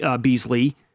Beasley